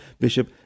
Bishop